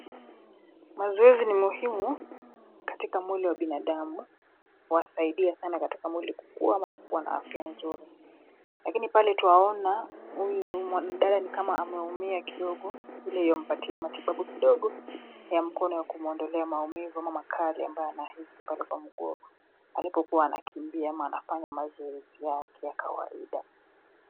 Mazoezi ni muhimu katika mwili wa binadamu kuwasaidia sana katika mwili kukuua ama kukuwa na afya mzuri, lakini pale tuwaona uyu mwanadada ni kama ameumia kidogo ule yuwa mpatia matibabu kidogo ya mkono ya kumuondolea maumivu ama makali ambayo anahisi pale kwa mguu, alipokuwa anakimbia ama anafanya mazoezi yake ya kawaida.